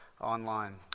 online